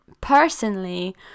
personally